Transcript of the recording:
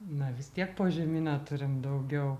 na vis tiek požeminio turim daugiau